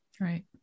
right